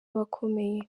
abakomeye